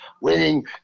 winning